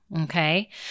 Okay